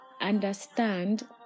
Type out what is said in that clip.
understand